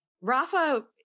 Rafa